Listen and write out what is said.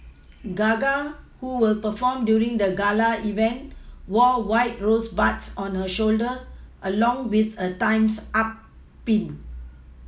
Gaga who will perform during the gala event wore white rosebuds on her shoulder along with a Time's up Pin